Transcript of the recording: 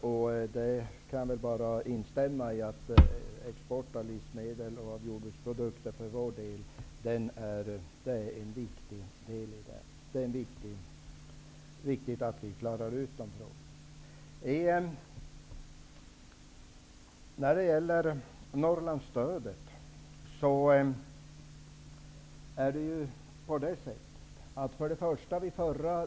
Jag kan bara instämma i att det är viktigt att vi klarar ut frågorna om export av livsmedel och jordbruksprodukter.